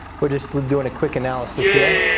we're just doing a quick analysis here.